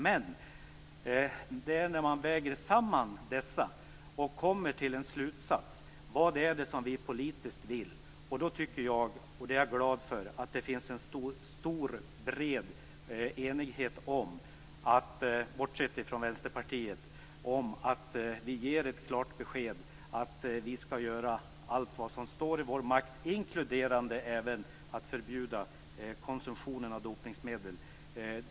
Men när man gör en sammanvägning kommer man fram till en slutsats om vad man politiskt vill göra, och jag är glad för att det finns en stor, bred enighet - bortsett från Vänsterpartiet - om att vi skall ge ett klart besked om att vi skall göra allt vad som står i vår makt, inklusive att även förbjuda konsumtion av dopningsmedel.